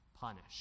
punish